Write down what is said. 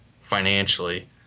financially